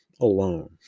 alone